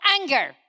anger